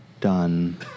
done